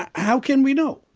ah how can we know?